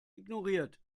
ignoriert